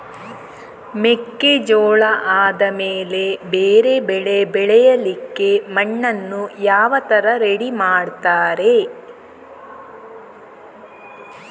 ಮೆಕ್ಕೆಜೋಳ ಆದಮೇಲೆ ಬೇರೆ ಬೆಳೆ ಬೆಳಿಲಿಕ್ಕೆ ಮಣ್ಣನ್ನು ಯಾವ ತರ ರೆಡಿ ಮಾಡ್ತಾರೆ?